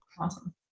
awesome